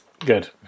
Good